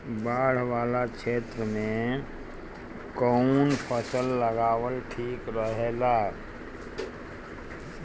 बाढ़ वाला क्षेत्र में कउन फसल लगावल ठिक रहेला?